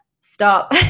stop